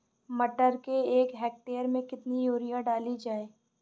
मटर के एक हेक्टेयर में कितनी यूरिया डाली जाए?